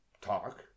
talk